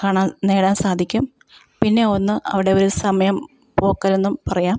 കാണാൻ നേടാൻ സാധിക്കും പിന്നെ ഒന്ന് അവരുടെ ഒരു സമയം പോക്കലെന്നും പറയാം